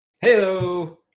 Hello